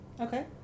Okay